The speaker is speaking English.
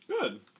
Good